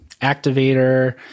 activator